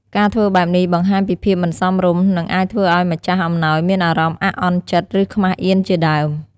ការធ្វើបែបនេះបង្ហាញពីភាពមិនសមរម្យ និងអាចធ្វើឲ្យម្ចាស់អំណោយមានអារម្មណ៍អាក់អន់ចិត្ត ឬខ្មាសអៀនជាដើម។